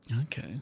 Okay